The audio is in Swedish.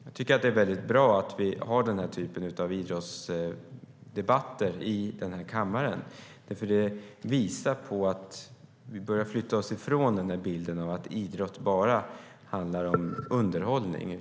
Jag tycker att det är bra att vi har den här typen av idrottsdebatter i kammaren, därför att det visar att vi börjar flytta oss ifrån bilden av att idrott bara handlar om underhållning.